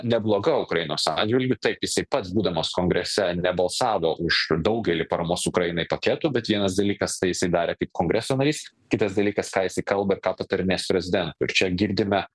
nebloga ukrainos atžvilgiu taip jisai pats būdamas kongrese nebalsavo už daugelį paramos ukrainai paketų bet vienas dalykas tai jisai darė kaip kongreso narys kitas dalykas ką jisai kalba ir ką patarinės prezidentui ir čia girdime